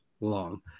long